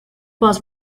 was